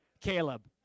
Caleb